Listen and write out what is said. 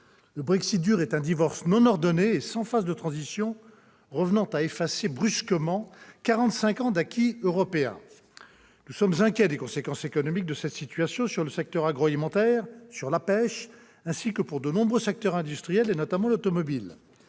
Le Brexit « dur » est un divorce non ordonné et sans phase de transition, revenant à effacer brusquement quarante-cinq ans d'acquis européen. Nous sommes inquiets des conséquences économiques de cette situation sur le secteur agroalimentaire, sur la pêche, ainsi que sur de nombreux secteurs industriels, notamment celui de l'automobile.